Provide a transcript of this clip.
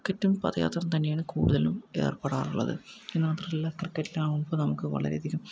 ക്രിക്കറ്റും പഥയാത്രയും തന്നെയാണ് കൂടുതലും ഏർപ്പെടാറുള്ളത് അതുമാത്രമല്ല ക്രിക്കറ്റിലാകുമ്പോൾ നമുക്ക് വളരെയധികം